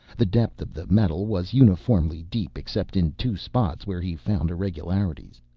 the depth of the metal was uniformly deep except in two spots where he found irregularities,